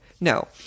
no